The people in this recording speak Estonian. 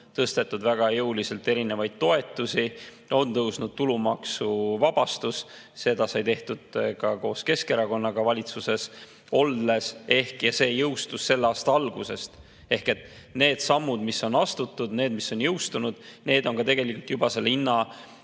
tõstetud väga jõuliselt erinevaid toetusi, on tõusnud tulumaksuvabastus. Seda sai tehtud koos Keskerakonnaga valitsuses olles ja see jõustus selle aasta algusest. Need sammud, mis on astutud ja mis on jõustunud, on tegelikult hinnatõusu